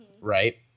right